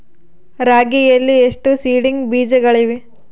ರಾಗಿಯಲ್ಲಿ ಎಷ್ಟು ಸೇಡಿಂಗ್ ಬೇಜಗಳಿವೆ?